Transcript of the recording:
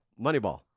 Moneyball